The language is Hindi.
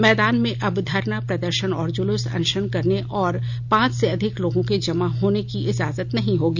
मैदान में अब धरना प्रदर्शन जुलूस और अनशन करने और पांच से अधिक लोगों के जमा होने की इजाजत नहीं होगी